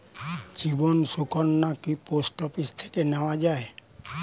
জীবন সুকন্যা কি post office থেকে নেওয়া যায়?